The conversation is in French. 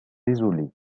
désolée